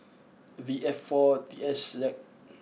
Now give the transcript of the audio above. V F four T S Z